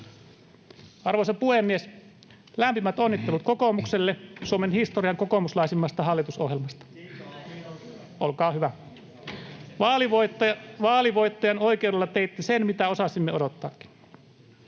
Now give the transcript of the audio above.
Arvoisa puhemies! Lämpimät onnittelut kokoomukselle Suomen historian kokoomuslaisimmasta hallitusohjelmasta. [Kokoomuksen ryhmästä: Kiitos!] — Olkaa hyvä. — Vaalivoittajan oikeudella teitte sen, mitä osasimme odottaakin.